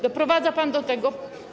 Doprowadza pan do tego.